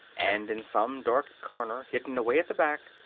and in some dark corner, hidden away at the back,